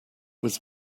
was